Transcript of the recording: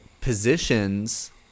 positions –